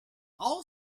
all